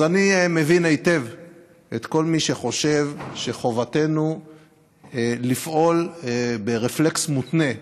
אז אני מבין היטב את כל מי שחושב שחובתנו לפעול ברפלקס מותנה,